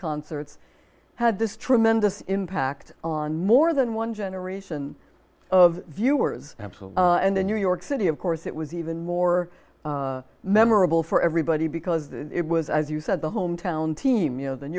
concerts had this tremendous impact on more than one generation of viewers and in new york city of course it was even more memorable for everybody because it was as you said the hometown team you know the new